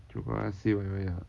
terima kasih banyak-banyak